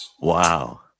Wow